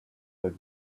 like